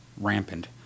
rampant